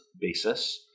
basis